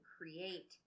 create